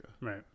Right